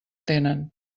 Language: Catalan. tenen